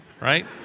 right